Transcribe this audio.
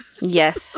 Yes